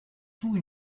tout